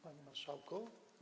Panie Marszałku!